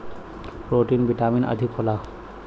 protein vitamin अधिक होला